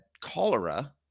cholera